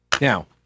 Now